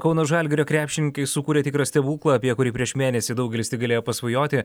kauno žalgirio krepšininkai sukūrė tikrą stebuklą apie kurį prieš mėnesį daugelis tik galėjo pasvajoti